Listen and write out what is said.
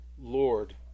Lord